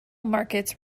markets